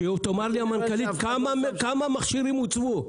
שתאמר לי המנכ"לית כמה מכונות הוצבו,